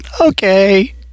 Okay